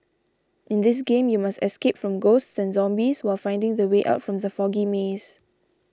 in this game you must escape from ghosts and zombies while finding the way out from the foggy maze